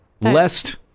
Lest